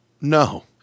No